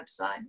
website